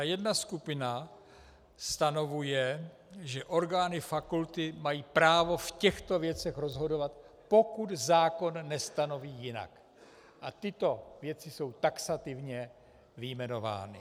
Jedna skupina stanovuje, že orgány fakulty mají právo v těchto věcech rozhodovat, pokud zákon nestanoví jinak, a tyto věci jsou taxativně vyjmenovány.